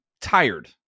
tired